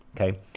okay